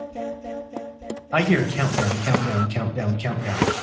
and you know and i hear countdown, countdown, countdown, countdown,